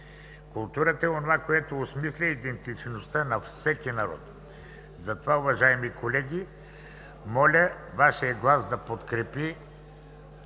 Културата е онова, което осмисля идентичността на всеки народ, затова, уважаеми колеги, моля Вашият глас да подкрепи